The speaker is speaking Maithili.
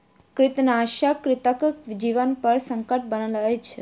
कृंतकनाशक कृंतकक जीवनपर संकट बनल अछि